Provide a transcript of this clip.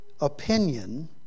opinion